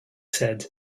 said